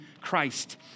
Christ